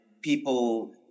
people